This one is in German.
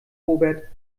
robert